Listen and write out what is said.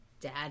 dad